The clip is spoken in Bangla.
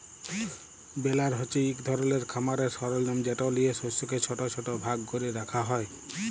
বেলার হছে ইক ধরলের খামারের সরলজাম যেট লিঁয়ে শস্যকে ছট ছট ভাগ ক্যরে রাখা হ্যয়